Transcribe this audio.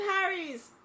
Harry's